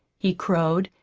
he crowed,